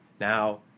Now